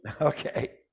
okay